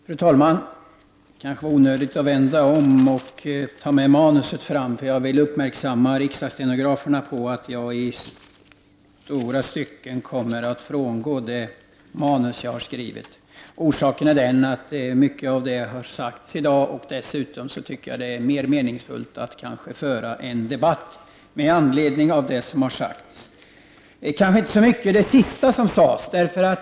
Fru talman! Det kanske var onödigt att jag vände om på vägen till talarstolen för att ta med mitt manus fram. Jag vill nämligen uppmärksamma riksdagsstenograferna på att jag i stora stycken kommer att frångå det manus jag har skrivit. Orsaken är den att mycket av det jag tänkte ta upp redan har sagts i dag, och dessutom tycker jag att det är mer meningsfullt att föra en debatt med anledning av det som har sagts. Detta gäller inte så mycket det sista som sades.